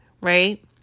right